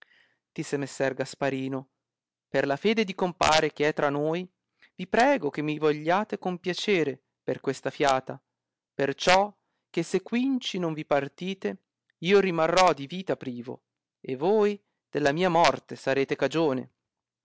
disse messer gasparino per la fede di compare che è tra noi vi prego che mi vogliate compiacere per questa fiata perciò che se quinci non vi partite io rimarrò di vita privo e voi della mia morte sarete cagione